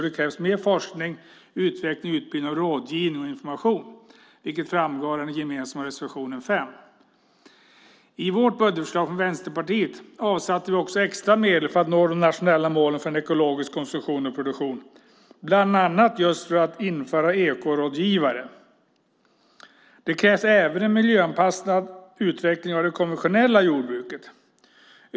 Det krävs mer forskning, utveckling, utbildning, rådgivning och information. Det framgår av den gemensamma reservationen 5. I vårt budgetförslag från Vänsterpartiet avsatte vi också extra medel för att nå de nationella målen för en ekologisk konsumtion och produktion, bland annat just för att införa ekorådgivare. Det krävs även en miljöanpassad utveckling av det konventionella jordbruket.